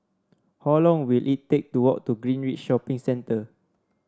how long will it take to walk to Greenridge Shopping Centre